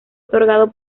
otorgado